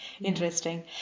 interesting